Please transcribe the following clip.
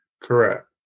Correct